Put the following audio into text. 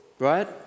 Right